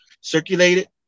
circulated